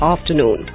afternoon